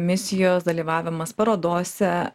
misijos dalyvavimas parodose